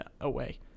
away